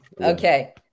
Okay